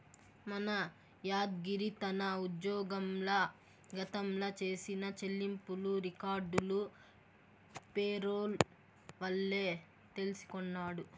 మన యాద్గిరి తన ఉజ్జోగంల గతంల చేసిన చెల్లింపులు రికార్డులు పేరోల్ వల్లే తెల్సికొన్నాడు